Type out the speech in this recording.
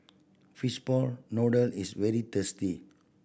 fishball noodle is very tasty